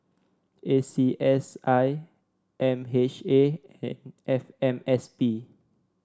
A C S I M H A and F M S P